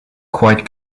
quite